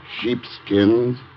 Sheepskins